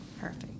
perfect